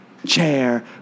Chair